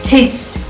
Taste